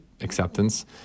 acceptance